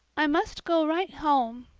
i must go right home.